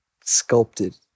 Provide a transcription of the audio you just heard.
sculpted